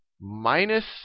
minus